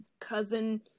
cousin